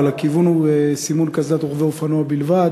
אבל הכיוון הוא סימון קסדת רוכבי אופנוע בלבד.